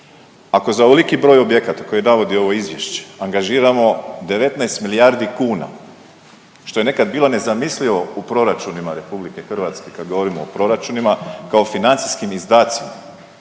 Ako za ovoliki broj objekata koje navodi ovo izvješće angažiramo 19 milijardi kuna, što je nekad bilo nezamislivo u proračunima RH, kad govorimo o proračunima kao financijskim izdacima,